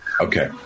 Okay